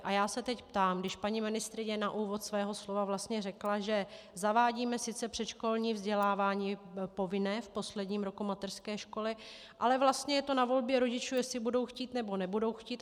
A já se ptám, když paní ministryně na úvod svého slova řekla, že zavádíme sice předškolní vzdělávání povinné v posledním roku mateřské školy, ale vlastně je to na volbě rodičů, jestli budou chtít, nebo nebudou chtít.